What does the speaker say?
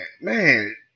man